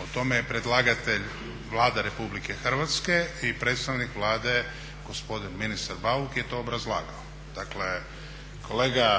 O tome je predlagatelj Vlada Republika Hrvatske i predstavnik Vlade gospodin ministar Vlade, gospodin ministar Bauk je to obrazlagao. Dakle kolega